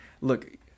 look